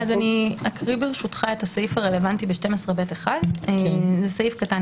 ברשותך אני אקריא את הסעיף הרלוונטי בסעיף 12ב1. זה סעיף קטן